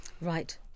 Right